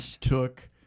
took